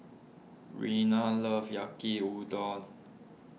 Rena loves Yaki Udon